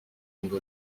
ngo